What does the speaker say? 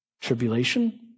Tribulation